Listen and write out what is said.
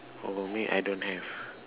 oh normally I don't have